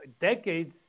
decades